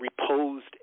reposed